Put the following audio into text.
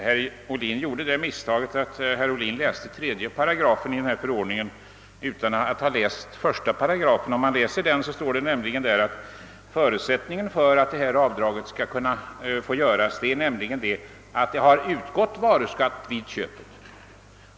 Herr talman! Herr Ohlin gjorde misstaget att han läste 3 § i förordningen utan att först ha läst 1 §. Om han läser den finner han, att förutsättningen för att ifrågavarande avdrag skall få göras är att det utgår varuskatt vid köpet.